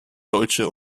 deutsche